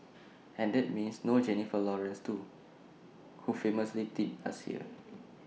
and that means no Jennifer Lawrence too who famous tripped last year